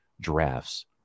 drafts